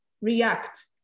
react